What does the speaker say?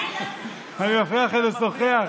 אני מפריע לכם לשוחח?